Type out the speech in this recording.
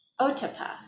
otapa